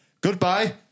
goodbye